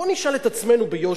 בואו נשאל את עצמנו ביושר,